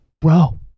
bro